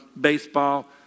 baseball